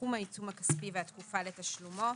סכום העיצום הכספי והתקופה לתשלומו.